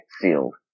sealed